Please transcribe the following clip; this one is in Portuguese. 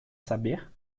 saber